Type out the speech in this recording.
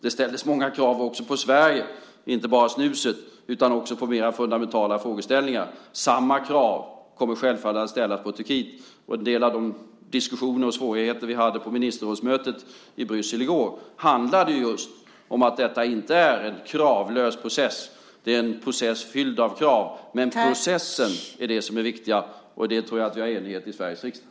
Det ställdes många krav också på Sverige. Det gällde inte bara snuset utan också mer fundamentala frågeställningar. Samma krav kommer självfallet att ställas på Turkiet. En del av de diskussioner och svårigheter vi hade på ministerrådsmötet i Bryssel i går handlade just om att detta inte är en kravlös process. Det är en process fylld av krav. Men processen är det som är det viktiga. Om det tror jag att vi har en enighet i Sveriges riksdag.